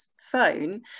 phone